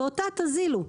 ואותה תוזילו.